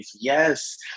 yes